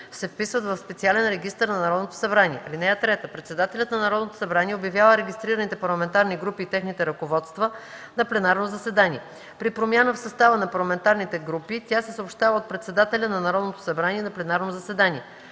се вписват в специален регистър на Народното събрание. (3) Председателят на Народното събрание обявява регистрираните парламентарни групи и техните ръководства на пленарно заседание. При промяна в състава на парламентарните групи, тя се съобщава от председателя на Народното събрание на пленарно заседание.